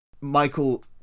Michael